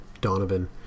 Donovan